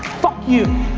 fuck you!